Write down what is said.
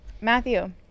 matthew